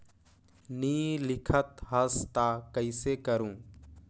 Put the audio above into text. नी लिखत हस ता कइसे करू?